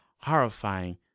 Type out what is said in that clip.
horrifying